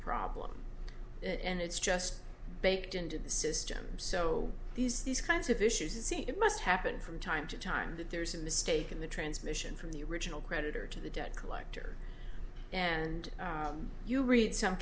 problem and it's just baked into the system so these these kinds of issues you see it must happen from time to time that there's a mistake in the transmission from the original creditor to the debt collector and you read some